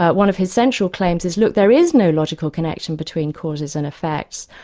but one of his central claims is look, there is no logical connection between causes and effects.